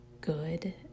good